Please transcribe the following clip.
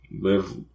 live